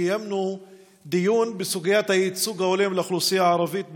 קיימנו דיון בוועדת החוקה בסוגיית הייצוג ההולם לאוכלוסייה הערבית,